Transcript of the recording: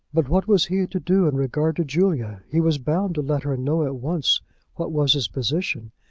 but what was he to do in regard to julia? he was bound to let her know at once what was his position,